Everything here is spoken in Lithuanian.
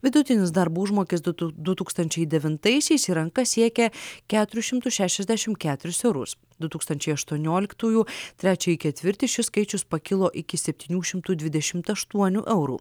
vidutinis darbo užmokestis du tu du tūkstančiai devintaisiais į rankas siekė keturis šimtus šešiasdešimt keturis eurus du tūkstančiai aštuonioliktųjų trečiąjį ketvirtį šis skaičius pakilo iki septynių šimtų dvidešimt aštuonių eurų